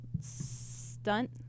stunt